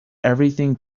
everything